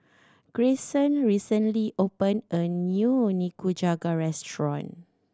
Greyson recently opened a new Nikujaga restaurant